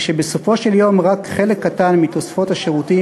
אולם בסופו של דבר רק חלק קטן מתוספות השירותים